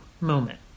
moment